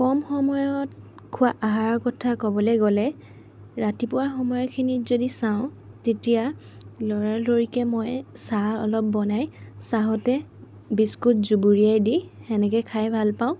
কম সময়ত খোৱা আহাৰৰ কথা কব'লৈ গ'লে ৰাতিপুৱা সময়খিনিত যদি চাওঁ তেতিয়া লৰালৰিকৈ মই চাহ অলপ বনাই চাহতে বিস্কুট জুবুৰিয়াই দি সেনেকৈয়ে খাই ভাল পাওঁ